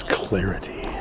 clarity